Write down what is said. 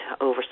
over